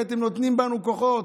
כי אתם נותנים לנו כוחות.